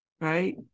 right